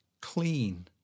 clean